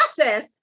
process